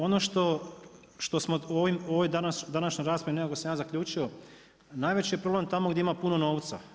Ono što smo u ovoj današnjoj raspravi nekako sam ja zaključio, najveći je problem tamo gdje ima puno novca.